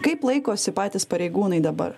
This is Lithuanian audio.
kaip laikosi patys pareigūnai dabar